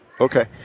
Okay